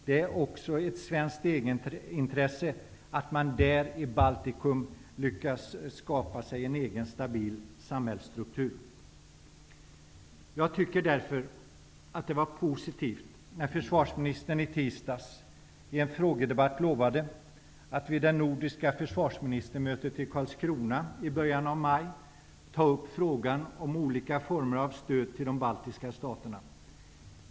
Det är också ett svenskt egenintresse att man i Baltikum lyckas med att skapa sig en egen stabil samhällsstruktur. Jag tycker därför att det var positivt när försvarsministern i tisdags i en frågedebatt lovade, att vid det nordiska försvarsministermötet i Karlskrona i början av maj ta upp frågan om olika former av stöd till de baltiska staterna.